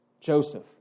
Joseph